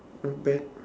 not bad